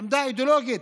עמדה אידיאולוגית,